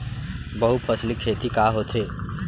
बहुफसली खेती का होथे?